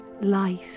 life